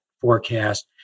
forecast